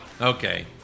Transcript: Okay